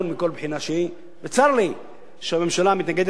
וצר לי הממשלה מתנגדת להצעת חוק כל כך הגיונית,